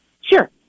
Sure